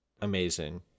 amazing